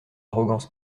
arrogance